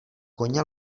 koně